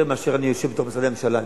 מאשר כשאני יושב בתוך משרדי ממשלה.